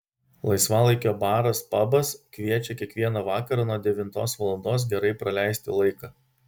laisvalaikio baras pabas kviečia kiekvieną vakarą nuo devintos valandos gerai praleisti laiką